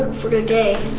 for today.